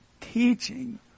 teaching